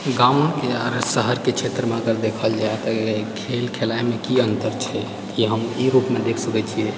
गामक आर शहरके क्षेत्रमे अगर देखल जाए तऽ खेल खेलाएमे की अन्तर छै ई हम ई रूपमे देखि सकैत छियै